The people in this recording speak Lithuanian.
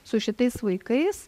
su šitais vaikais